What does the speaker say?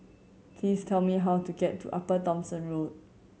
please tell me how to get to Upper Thomson Road